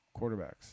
quarterbacks